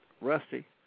Rusty